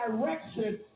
direction